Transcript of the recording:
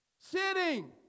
Sitting